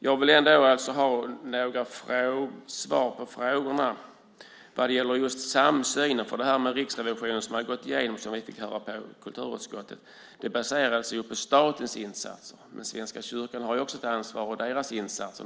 Jag vill alltså ha några svar på frågorna vad gäller just samsynen, för det som Riksrevisionen har gått igenom och som vi fick höra om på kulturutskottet baserades ju på statens insatser, men även Svenska kyrkan har ett ansvar över sina insatser.